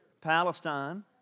Palestine